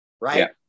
Right